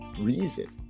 reason